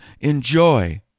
enjoy